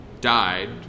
died